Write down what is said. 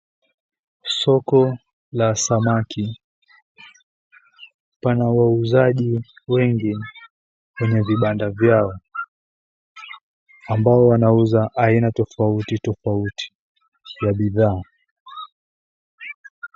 Soko la samaki. Pana wauzaji wengi kwenye vibanda vyao ambao wanauza aina tofauti tofauti ya bidhaa.